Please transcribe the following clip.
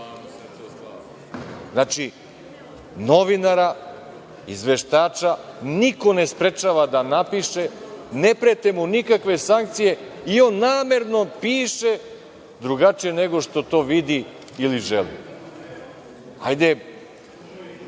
Znači, novinara, izveštača, niko ne sprečava da napiše, ne prete mu nikakve sankcije i on namerno piše drugačije nego što to vidi ili želi. Po meni